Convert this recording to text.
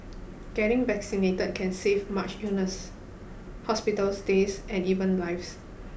getting vaccinated can save much illness hospital stays and even lives